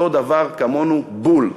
אותו דבר כמונו בול,